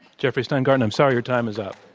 jeffrey steingarten, i'm sorry, you're time is up.